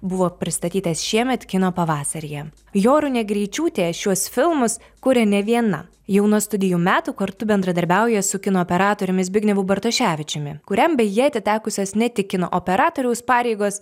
buvo pristatytas šiemet kino pavasaryje jorūnė greičiūtė šiuos filmus kuria ne viena jau nuo studijų metų kartu bendradarbiauja su kino operatoriumi zbignevu bartuševičiumi kuriam beje atitekusios ne tik kino operatoriaus pareigos